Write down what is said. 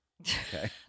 Okay